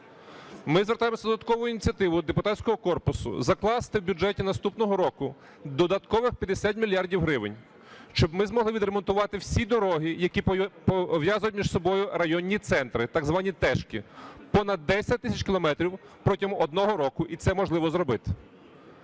Ми звертаємося з додатковою ініціативою до депутатського корпусу закласти в бюджеті наступного року додаткових 50 мільярдів гривень, щоб ми змогли відремонтувати всі дороги, які пов'язують між собою районні центри, так звані "тешки", понад 10 тисяч кілометрів протягом одного року, і це можливо зробити.